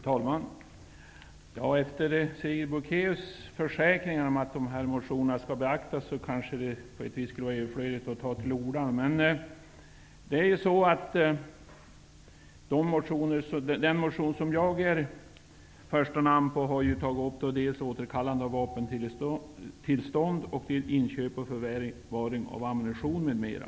Fru talman! Efter Sigrid Bolkéus försäkringar om att motionerna skall beaktas kanske det är överflödigt att ta till orda. Motionen, där jag står som första namn, tar upp frågor om återkallande av vapentillstånd, inköp och förvaring av ammunition m.m.